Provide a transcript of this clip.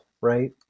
right